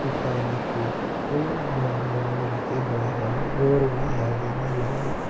ਤੂਤਾਂ ਵਾਲਾ ਖੂਹ ਉਹ ਨਾਵਲ ਉਹਨਾਂ ਨੇ ਲਿਖੇ ਹੋਏ ਹਨ ਹੋਰ ਵੀ ਹੈਗੇ ਨੇ ਨਾਵਲ